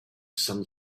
sun